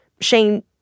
Shane